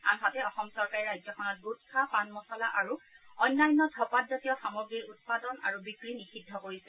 আনহাতে অসম চৰকাৰে ৰাজ্যখনত গুটখা পান মছলা আৰু অন্যান্য ধঁপাতজাতীয় সামগ্ৰীৰ উৎপাদন আৰু বিক্ৰী নিযিদ্ধ কৰিছে